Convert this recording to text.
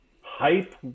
hype